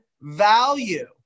value